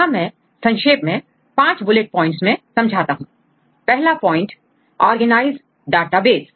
यहां मैं संक्षेप में 5 बुलेट प्वाइंट्स में समझाता हूं पहला पॉइंट ऑर्गेनाइज डाटाबेस